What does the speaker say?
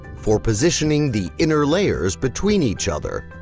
for positioning the inner layers between each other,